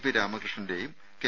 P രാമകൃഷ്ണന്റെയും K